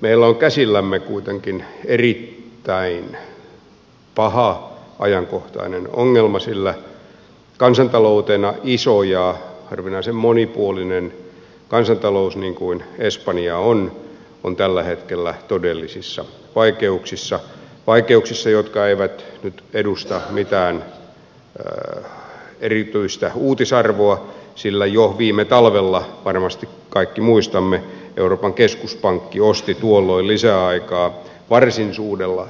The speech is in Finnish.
meillä on käsillämme kuitenkin erittäin paha ajankohtainen ongelma sillä kansantaloutena iso ja harvinaisen monipuolinen kansantalous niin kuin espanja on on tällä hetkellä todellisissa vaikeuksissa vaikeuksissa jotka eivät nyt edusta mitään erityistä uutisarvoa sillä jo viime talvena varmasti kaikki muistamme euroopan keskuspankki osti lisäaikaa varsin